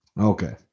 Okay